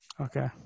Okay